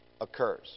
occurs